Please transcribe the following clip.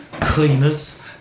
cleaners